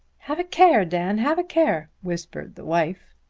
have a care, dan have a care! whispered the wife.